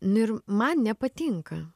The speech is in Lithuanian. nu ir man nepatinka